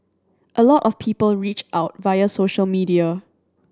a lot of people reach out via social media